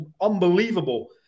unbelievable